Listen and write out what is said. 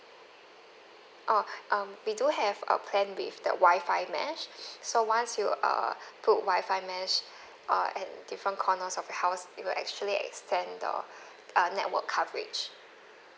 orh um we do have a plan with the wi-fi mesh so once you uh put wi-fi mesh uh at different corners of your house it will actually extend the uh network coverage